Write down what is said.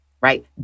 right